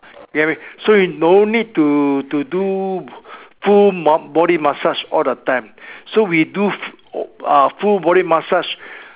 you get me so you no need to to do full body massage all the time so we do uh full body massage